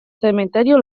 cementerio